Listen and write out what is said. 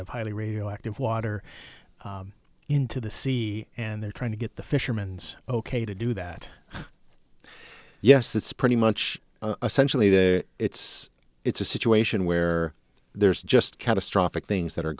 of highly radioactive water into the sea and they're trying to get the fishermen's ok to do that yes it's pretty much a centrally the it's it's a situation where there's just catastrophic things that are